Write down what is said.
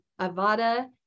avada